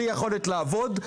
בלי יכולת לעבוד,